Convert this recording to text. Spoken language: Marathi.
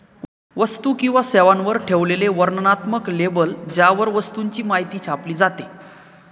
वस्तू किंवा सेवांवर ठेवलेले वर्णनात्मक लेबल ज्यावर वस्तूची माहिती छापली जाते